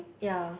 yeah